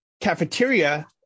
cafeteria